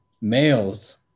males